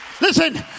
Listen